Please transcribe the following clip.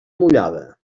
mullada